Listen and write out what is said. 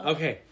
Okay